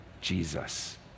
Jesus